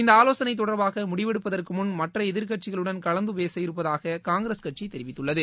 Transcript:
இந்த ஆலோசனை தொடர்பாக முடிவெடுப்பதற்குமுன் மற்ற எதிர்கட்சிகளுடன் கலந்து பேச இருப்பதாக காங்கிரஸ் கட்சி தெரிவித்துள்ளது